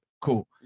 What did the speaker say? cool